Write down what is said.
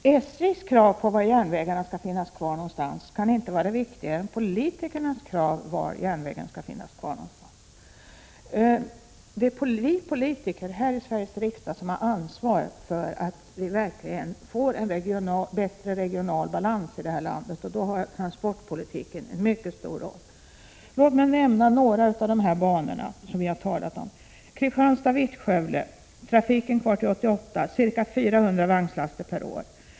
Herr talman! SJ:s krav på vilka järnvägssträckor som skall finnas kvar kan inte vara viktigare än politikernas krav på vilka som skall finnas kvar. Det är politikerna i Sveriges riksdag som har ansvaret för att vi verkligen får en bättre regional balans i detta land. Transportpolitiken spelar då en mycket stor roll. Låt mig nämna några av de banor som vi har talat om: Kristianstad Vittskövle — trafiken kvar till 1988, ca 400 vagnslaster per år.